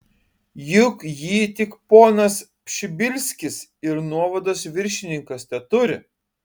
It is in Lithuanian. juk jį tik ponas pšibilskis ir nuovados viršininkas teturi